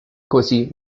così